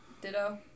Ditto